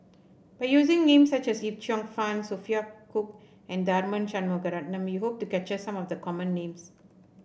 by using names such as Yip Cheong Fun Sophia Cooke and Tharman Shanmugaratnam we hope to capture some of the common names